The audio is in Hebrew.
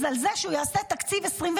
שר האוצר על זה שהוא יעשה את תקציב 2025,